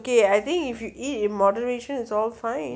okay I think if you eat in moderation is all fine